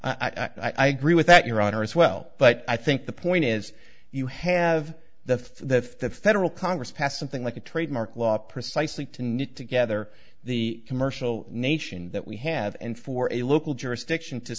texas i grew with that your honor as well but i think the point is you have the faith that if the federal congress passed something like a trademark law precisely to knit together the commercial nation that we have and for a local jurisdiction to